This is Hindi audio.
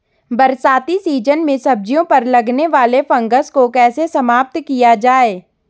बरसाती सीजन में सब्जियों पर लगने वाले फंगस को कैसे समाप्त किया जाए?